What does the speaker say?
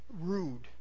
rude